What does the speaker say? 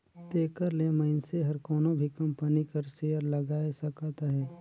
तेकर ले मइनसे हर कोनो भी कंपनी कर सेयर लगाए सकत अहे